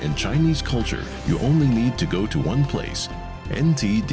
in chinese culture you only need to go to one place in